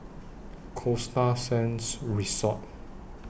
Costa Sands Resort